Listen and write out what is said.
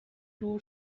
two